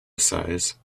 size